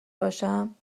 باشم